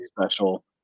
special